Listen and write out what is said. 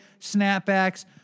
snapbacks